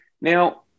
Now